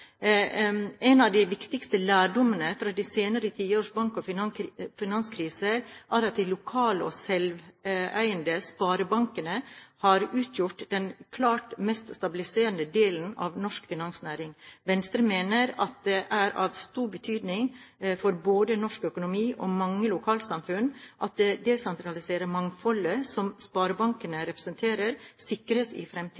En av de viktigste lærdommene fra de senere tiårs bank- og finanskriser er at de lokale og selveiende sparebankene har utgjort den klart mest stabiliserende delen av norsk finansnæring. Venstre mener at det er av stor betydning for både norsk økonomi og mange lokalsamfunn at det desentraliserte mangfoldet som sparebankene representerer, sikres i fremtiden.